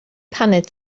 paned